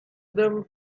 them